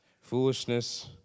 foolishness